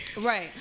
Right